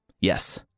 Yes